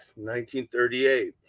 1938